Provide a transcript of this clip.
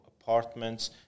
apartments